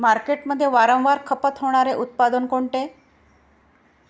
मार्केटमध्ये वारंवार खपत होणारे उत्पादन कोणते?